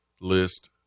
list